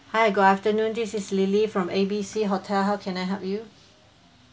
hi good afternoon this is lily from A B C hotel how can I help you